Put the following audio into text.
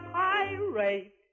pirate